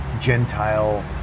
Gentile